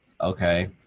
Okay